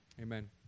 amen